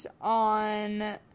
on